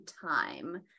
time